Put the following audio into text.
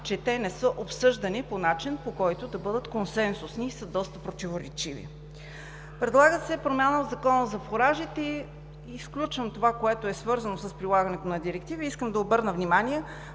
че те не са обсъждани по начин, по който да бъдат консенсусни и са доста противоречиви. Предлага се промяна в Закона за фуражите, изключвам това, което е свързано с прилагането на директива, и искам да обърна внимание